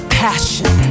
passion